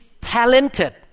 talented